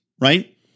right